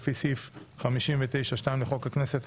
לפי סעיף 59(2) לחוק הכנסת,